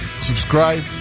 subscribe